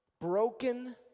broken